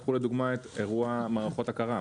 קחו לדוגמה את אירוע מערכות הקראה,